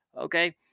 Okay